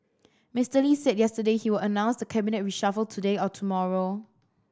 Mister Lee said yesterday he will announce the cabinet reshuffle today or tomorrow